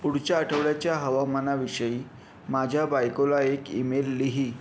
पुढच्या आठवड्याच्या हवामानाविषयी माझ्या बायकोला एक ईमेल लिही